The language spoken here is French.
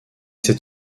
cet